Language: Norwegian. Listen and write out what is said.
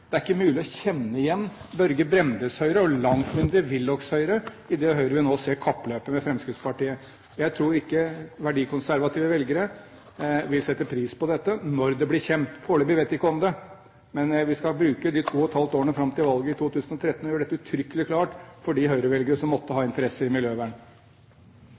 Det er ikke mulig å kjenne igjen Børge Brendes Høyre, og langt mindre Willochs Høyre, i det Høyre vi nå ser kappløpe med Fremskrittspartiet. Jeg tror ikke verdikonservative velgere vil sette pris på dette – når det blir kjent. Foreløpig vet de ikke om det. Men vi skal bruke de to og et halvt årene fram til valget i 2013 til å gjøre dette uttrykkelig klart for de Høyre-velgere som måtte ha interesse av miljøvern.